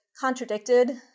contradicted